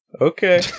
Okay